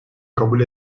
kabul